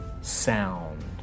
sound